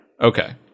Okay